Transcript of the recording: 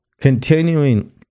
Continuing